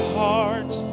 heart